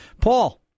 Paul